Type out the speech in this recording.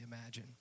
imagine